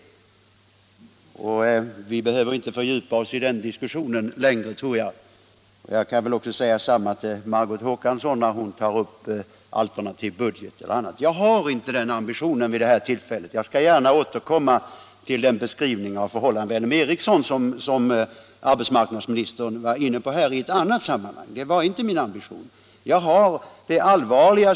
Jag tror inte att vi längre behöver fördjupa oss i den diskussionen. Jag kan säga detsamma till Margot Håkansson, som tar upp frågor om alternativ budget osv. Jag har inte ambitionen att ta upp detta vid det här tillfället. — Jag skall vidare gärna återkomma till den beskrivning av förhållandena vid LM Ericsson som arbetsmarknadsministern gav i ett annat sammanhang, men inte heller det var nu min ambition.